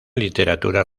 literatura